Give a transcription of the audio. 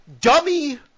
dummy